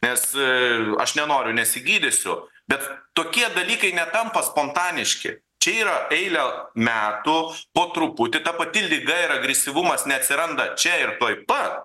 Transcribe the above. nes aš nenoriu nesigydysiu bet tokie dalykai netampa spontaniški čia yra eilė metų po truputį ta pati liga ir agresyvumas neatsiranda čia ir tuoj pat